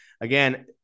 again